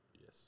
Yes